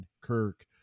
Kirk